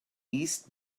east